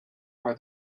are